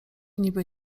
niby